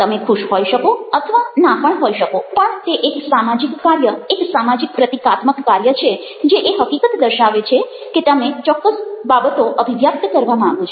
તમે ખુશ હોઈ શકો અથવા ના પણ હોઈ શકો પણ તે એક સામાજિક કાર્ય એક સામાજિક પ્રતીકાત્મક કાર્ય છે જે એ હકીકત દર્શાવે છે કે તમે ચોક્કસ બાબતો અભિવ્યક્ત કરવા માંગો છો